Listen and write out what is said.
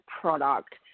product